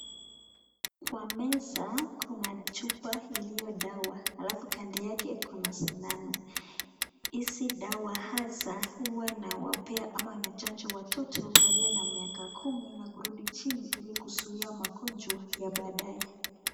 Kwa meza kuna chupa iliyo dawa alafu kwa meza alafu kando yake kuna sindano ,hizi dawa hasa huwa inawapea ama inachanja watoto walio na miaka kumi na kurudi chini ili kuzuia magonjwa ya badae.